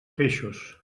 peixos